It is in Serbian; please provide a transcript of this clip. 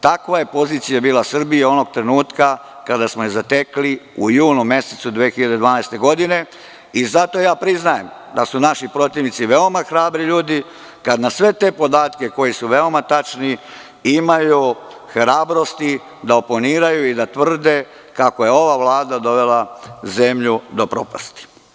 Takva je pozicija bila Srbiji onog trenutka kada smo je zatekli u junu mesecu 2012. godine i zato ja priznajem da su naši protivnici veoma hrabri ljudi kada na sve te podatke koji su veoma tačni imaju hrabrosti da oponiraju i da tvrde kako je ova vlada dovela zemlju do propasti.